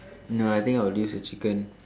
no I think I will use the chicken